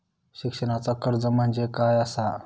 शिक्षणाचा कर्ज म्हणजे काय असा?